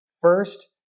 First